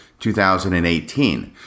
2018